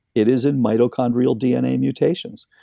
it is in mitochondrial dna mutations.